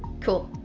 cool,